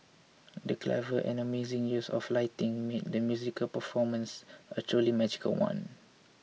the clever and amazing use of lighting made the musical performance a truly magical one